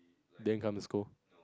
then come to school